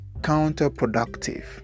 counterproductive